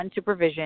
unsupervision